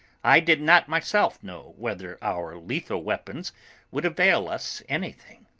i did not myself know whether our lethal weapons would avail us anything.